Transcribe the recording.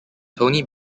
tony